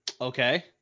Okay